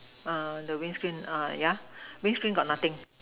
uh the windscreen uh ya windscreen got nothing